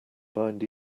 bind